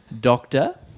Doctor